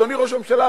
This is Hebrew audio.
אדוני ראש הממשלה,